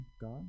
God